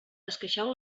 esqueixeu